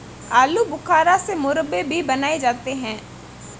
आलू बुखारा से मुरब्बे भी बनाए जाते हैं